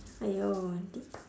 !aiyo! this